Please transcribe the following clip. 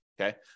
okay